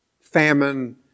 famine